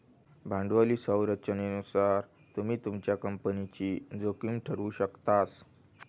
भांडवली संरचनेनुसार तुम्ही तुमच्या कंपनीची जोखीम ठरवु शकतास